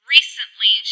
Recently